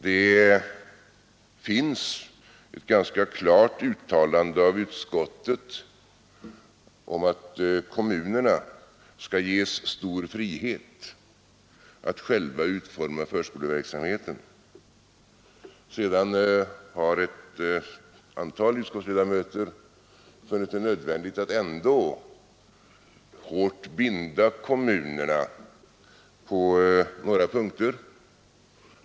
Det finns ett ganska klart uttalande av utskottet om att kommunerna skall ges stor frihet att själva utforma förskoleverksamheten. Sedan har ett antal utskottsledamöter funnit det nödvändigt att ändå hårt binda kommunerna på några punkter.